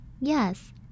Yes